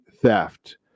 theft